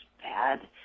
bad